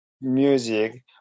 music